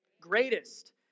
greatest